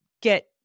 get